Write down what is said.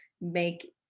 make